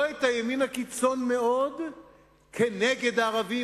לא את הימין הקיצון מאוד נגד הערבים,